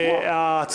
גל, יש לי שאלה.